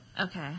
Okay